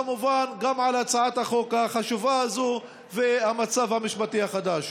כמובן גם על הצעת החוק החשובה הזאת והמצב המשפטי החדש.